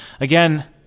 again